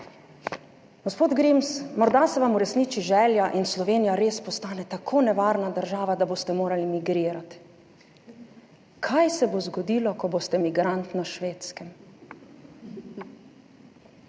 Gospod Grims, morda se vam uresniči želja in Slovenija res postane tako nevarna država, da boste morali migrirati. Kaj se bo zgodilo, ko boste migrant na Švedskem?